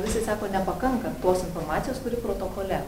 visi sako nepakanka tos informacijos kuri protokole